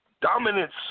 dominance